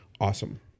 awesome